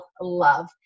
love